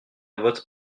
votre